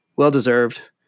Well-deserved